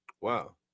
wow